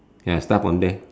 ya start from there